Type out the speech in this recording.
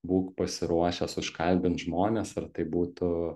būk pasiruošęs užkalbint žmones ar tai būtų